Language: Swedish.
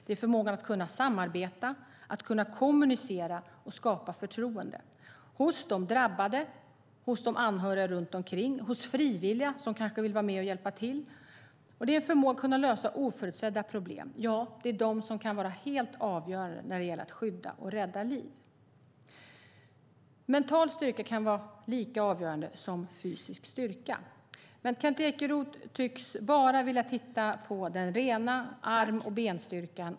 Det är förmågan att kunna samarbeta, kommunicera och skapa förtroende hos de drabbade, hos de anhöriga runt omkring och hos frivilliga som kanske vill vara med och hjälpa till. Det är förmågan att kunna lösa oförutsedda problem. Detta kan vara helt avgörande när det gäller att skydda och rädda liv. Mental styrka kan vara lika avgörande som fysisk styrka. Men Kent Ekeroth tycks bara vilja titta på den rena arm och benstyrkan.